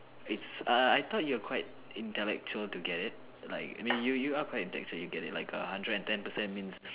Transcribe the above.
it's A I thought you're quite intellectual to get it like I mean you you are quite intellectual to get it like a hundred and ten percent means